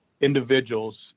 individuals